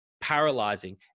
paralyzing